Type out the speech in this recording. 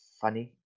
funny